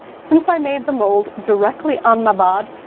since i made the mold directly on my bod,